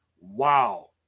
Wow